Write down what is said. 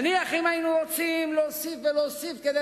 אם נניח היינו רוצים להוסיף ולהוסיף כדי